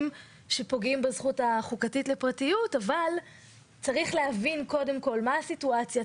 שפוגעים בזכות החוקתית לפרטיות אבל צריך להבין קודם כול מה הסיטואציה,